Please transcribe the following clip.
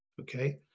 Okay